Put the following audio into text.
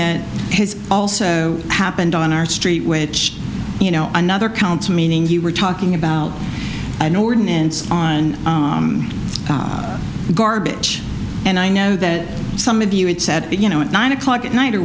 that has also happened on our street which you know another counts meaning you were talking about an ordinance on garbage and i know that some of you had said you know at nine o'clock at night